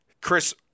Chris